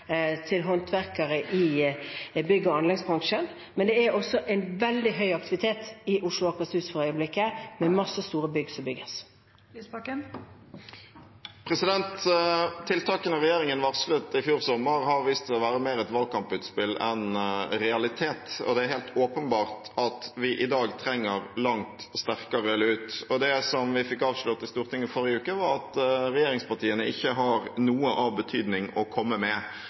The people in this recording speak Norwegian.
til håndverkere i bygg- og anleggsbransjen, men det er også en veldig høy aktivitet i Oslo og Akershus for øyeblikket, med mange store bygg som bygges. Tiltakene regjeringen varslet i fjor sommer, har vist seg å være mer et valgkamputspill enn en realitet. Det er helt åpenbart at vi i dag trenger langt sterkere lut. Det som vi fikk avslørt i Stortinget forrige uke, var at regjeringspartiene ikke har noe av betydning å komme med.